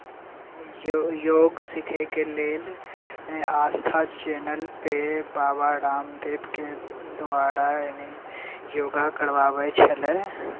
योग सिखैके लेल आस्था चैनलपे बाबा रामदेवके द्वारा योग करवाबैत छलै